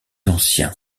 ancien